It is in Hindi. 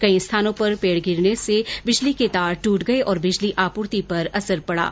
कई स्थानों पर पेड गिरने से बिजली के तार टूट गये और बिजली आपूर्ति पर असर पडा